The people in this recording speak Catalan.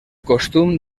costum